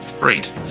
great